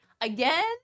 again